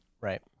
Right